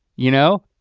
you know?